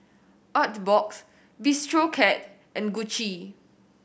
Artbox Bistro Cat and Gucci